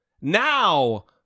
Now